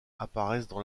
apparaissent